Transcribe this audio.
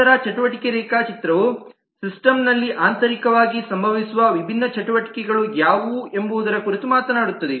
ನಂತರ ಚಟುವಟಿಕೆಯ ರೇಖಾಚಿತ್ರವು ಸಿಸ್ಟಮ್ಲ್ಲಿ ಆಂತರಿಕವಾಗಿ ಸಂಭವಿಸುವ ವಿಭಿನ್ನ ಚಟುವಟಿಕೆಗಳು ಯಾವುವು ಎಂಬುದರ ಕುರಿತು ಮಾತನಾಡುತ್ತದೆ